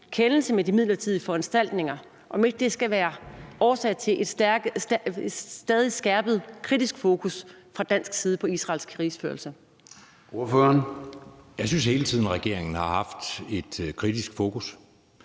med de midlertidige foranstaltninger, og om ikke det skal være årsag til et stadig skærpet kritisk fokus fra dansk side på Israels krigsførelse.